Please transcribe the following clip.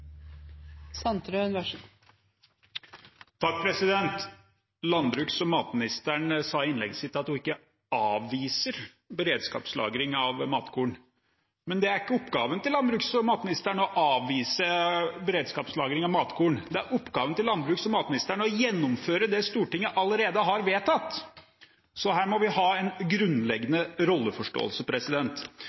ikke oppgaven til landbruks- og matministeren å avvise beredskapslagring av matkorn; det er oppgaven til landbruks- og matministeren å gjennomføre det Stortinget allerede har vedtatt. Så her må en ha en grunnleggende rolleforståelse.